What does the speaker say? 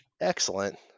Excellent